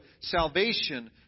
salvation